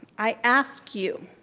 i ask you,